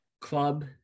club